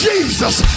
Jesus